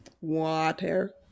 Water